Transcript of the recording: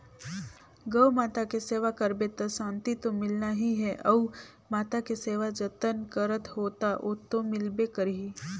गउ माता के सेवा करबे त सांति तो मिलना ही है, गउ माता के सेवा जतन करत हो त ओतो मिलबे करही